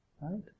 Right